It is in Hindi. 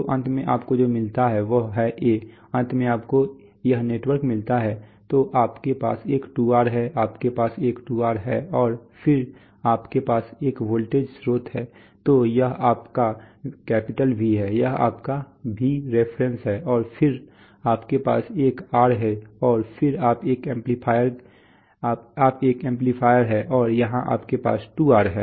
तो अंत में आपको जो मिलता है वह है a अंत में आपको यह नेटवर्क मिलता है तो आपके पास एक 2R है आपके पास एक 2R है और फिर आपके पास एक वोल्टेज स्रोत है तो यह आपका V है यह आपका Vref है और फिर आपके पास एक R है और फिर आपके पास एम्पलीफायर है और यहाँ आपके पास 2R है